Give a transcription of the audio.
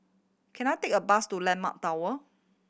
can I take a bus to Landmark Tower